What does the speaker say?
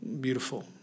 beautiful